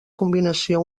combinació